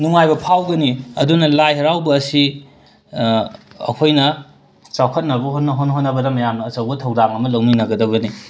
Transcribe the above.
ꯅꯨꯡꯉꯥꯏꯕ ꯐꯥꯎꯒꯅꯤ ꯑꯗꯨꯅ ꯂꯥꯏ ꯍꯔꯥꯎꯕ ꯑꯁꯤ ꯑꯩꯈꯣꯏꯅ ꯆꯥꯎꯈꯠꯅꯕ ꯍꯣꯠꯅ ꯍꯣꯠꯅ ꯍꯣꯠꯅꯕꯗ ꯃꯌꯥꯝꯅ ꯑꯆꯧꯕ ꯊꯧꯗꯥꯡ ꯑꯃ ꯂꯧꯃꯤꯟꯅꯒꯗꯕꯅꯤ